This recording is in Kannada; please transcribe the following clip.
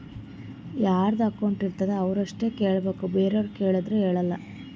ಯಾರದು ಅಕೌಂಟ್ ಇರ್ತುದ್ ಅವ್ರು ಅಷ್ಟೇ ಕೇಳ್ಬೇಕ್ ಬೇರೆವ್ರು ಕೇಳ್ದೂರ್ ಹೇಳಲ್ಲ